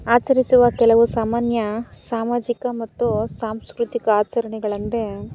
ಆಚರಿಸುವ ಕೆಲವು ಸಾಮಾನ್ಯ ಸಾಮಾಜಿಕ ಮತ್ತು ಸಾಂಸ್ಕೃತಿಕ ಆಚರಣೆಗಳಂದ್ರೆ